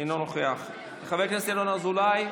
אינו נוכח, חבר הכנסת ינון אזולאי,